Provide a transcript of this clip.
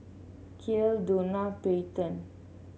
Kael Dona Peyton